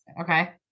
Okay